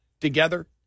together